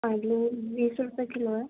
آلو بیس روپیے کلو ہے